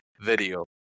video